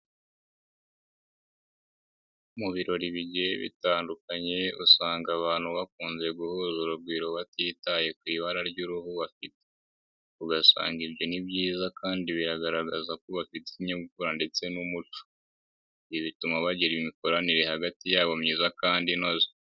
Mu birori bitandukanye usanga abantu bakunze guhuza urugwiro batitaye ku ibara ry'uruhu bafite, ugasanga ibyo ni byiza kandi biragaragaza ko bafite ikinyungura ndetse n'umuco, ibi bituma bagira imikoranire hagati yabo myiza kandi inoze.